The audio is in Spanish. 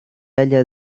halla